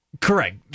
correct